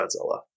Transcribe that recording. Godzilla